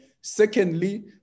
Secondly